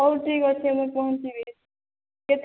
ହଁ ହଉ ଠିକ୍ ଅଛି ମୁଁ ପହଞ୍ଚିବି କେତେ